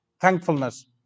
thankfulness